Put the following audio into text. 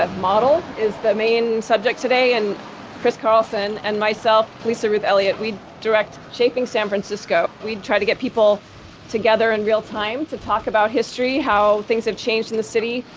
and model is the main subject today and chris carlsson and myself, lisaruth elliott, we direct shaping san francisco. we try to get people together in real-time to talk about history, how things have changed in the city,